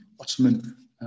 Ottoman